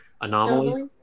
Anomaly